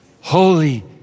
Holy